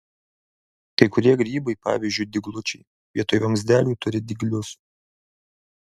kai kurie grybai pavyzdžiui dyglučiai vietoj vamzdelių turi dyglius